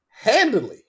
handily